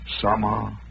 summer